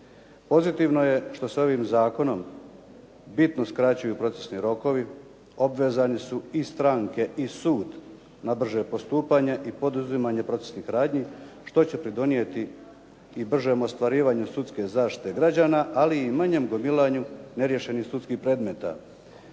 Pozitivno je što se ovim zakonom bitno skraćuju procesni rokovi. Obvezani su i stranke i sud na brže postupanje i poduzimanje procesnih radnji, što će pridonijeti i bržem ostvarivanju sudske zaštite građana, ali i manjem gomilanju neriješenih sudskih predmeta.